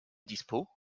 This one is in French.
dispos